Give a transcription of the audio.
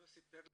לא סיפר לנו.